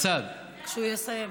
כשהוא יסיים.